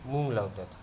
मूग लावतात